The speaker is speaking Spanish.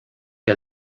que